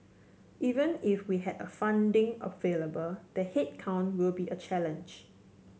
even if we had a funding available the headcount will be a challenge